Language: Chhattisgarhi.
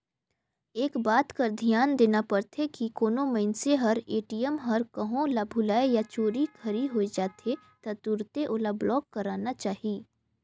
एक बात कर धियान देना परथे की कोनो मइनसे हर ए.टी.एम हर कहों ल भूलाए या चोरी घरी होए जाथे त तुरते ओला ब्लॉक कराना चाही